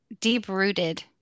deep-rooted